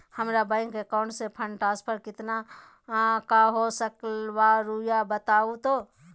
हमरा bank account से fund transfer कितना का हो सकल बा रुआ बताई तो?